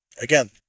again